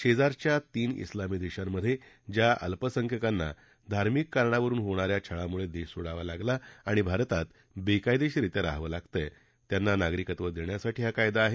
शेजारच्या तीन उलामी देशांमधे ज्या अल्पसंख्याकांना धार्मिक कारणावरून होणाऱ्या छळामुळे देश सोडावा लागला आणि भारतात बेकायदेशीररित्या राहावं लागतंय त्यांना नागरिकत्व देण्यासाठी हा कायदा आहे